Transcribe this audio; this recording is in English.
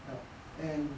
ya and